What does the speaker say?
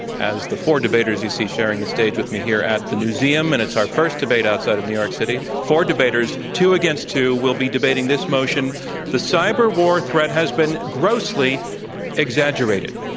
as the four debaters you see sharing the stage with me here at the newseum, and it's our first debate outside of new york city. four debaters, two against two, will be debating this motion the cyber war threat has been grossly exaggerated.